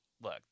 look